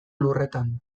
lurretan